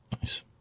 Nice